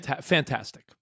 Fantastic